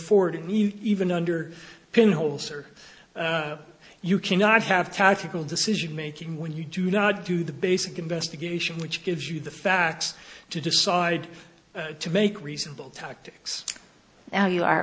forward even under pinholes or you cannot have tactical decision making when you do not do the basic investigation which gives you the facts to decide to make reasonable tactics and you are